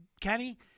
Kenny